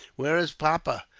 where is papa,